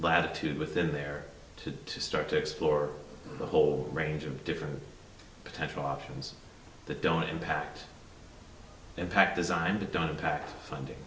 latitude within there to start to explore the whole range of different potential options that don't impact impact designed to don't impact funding